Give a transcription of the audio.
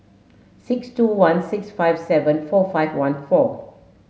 six two one six five seven four five one four